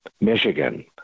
Michigan